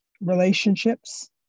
relationships